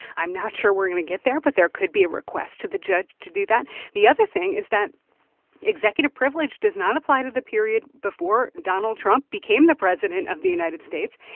i'm not sure we're going to get there, but there could be a request to the judge to do that the other thing is that executive privilege does not apply to the period before donald trump became the president of the united states.